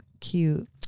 cute